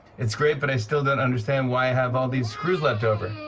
it's great, but i still don't understand why i have all these screws left over.